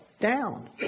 down